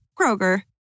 Kroger